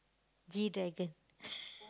G-Dragon